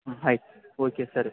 ಹ್ಞೂ ಆಯ್ತು ಓಕೆ ಸರಿ